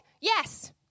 yes